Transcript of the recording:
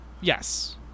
Yes